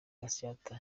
gatsata